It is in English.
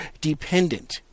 dependent